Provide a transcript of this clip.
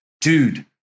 dude